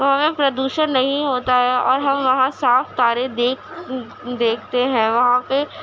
وہاں پہ پردوشن نہیں ہوتا ہے اور ہم وہاں صاف تارے دیکھ دیکھتے ہیں وہاں پہ